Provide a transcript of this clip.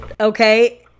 Okay